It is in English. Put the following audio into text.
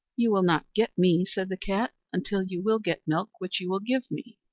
you will not get me, said the cat, until you will get milk which you will give me.